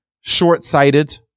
short-sighted